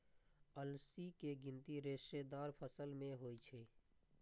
अलसी के गिनती रेशेदार फसल मे होइ छै